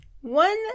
one